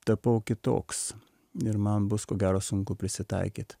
tapau kitoks ir man bus ko gero sunku prisitaikyt